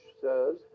says